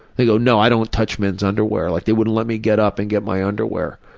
they go, no, i don't touch men's underwear, like they wouldn't let me get up and get my underwear.